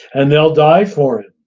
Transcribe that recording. and they'll die for him.